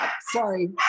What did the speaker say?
Sorry